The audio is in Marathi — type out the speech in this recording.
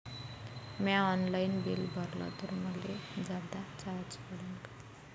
म्या ऑनलाईन बिल भरलं तर मले जादा चार्ज पडन का?